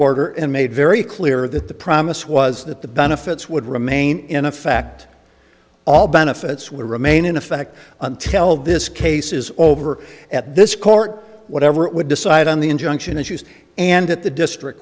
order and made very clear that the promise was that the benefits would remain in effect all benefits will remain in effect until this case is over at this court whatever it would decide on the injunction issues and at the district